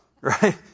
Right